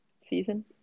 season